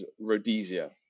Rhodesia